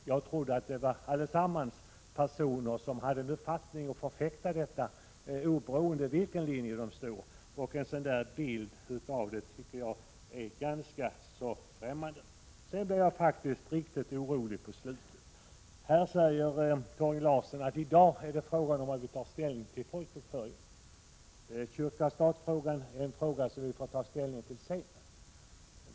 Jag trodde att allesammans hade en uppfattning och förfäktade den, oberoende av vilken sida de stod på. Den bild Torgny Larsson gav av det är mig ganska skrämmande. Sedan blev jag faktiskt riktig orolig när Torgny Larsson sade att vi i dag bara tar ställning till folkbokföringen — kyrka-stat-frågan får vi ta ställning till sedan.